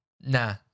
Nah